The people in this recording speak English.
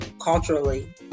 culturally